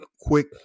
quick